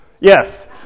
Yes